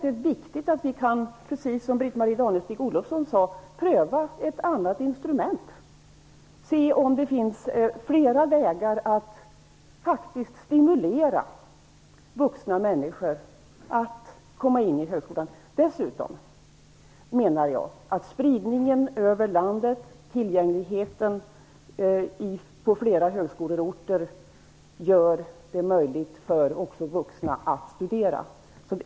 Det är viktigt att vi kan - precis som Britt-Marie Danestig-Olofsson sade - pröva ett annat instrument och se om det finns flera vägar att stimulera vuxna människor att söka sig till högskolan. Dessutom gör spridningen över landet och tillgängligheten till flera högskolor det möjligt för också vuxna att studera.